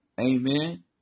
Amen